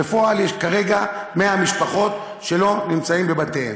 בפועל, יש כרגע 100 משפחות שלא נמצאות בבתיהן.